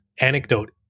anecdote